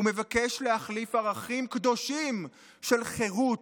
הוא מבקש להחליף ערכים קדושים של חירות,